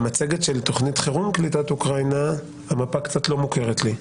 במצגת של תוכנית חירום קליטת אוקראינה המפה קצת לא מוכרת לי.